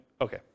Okay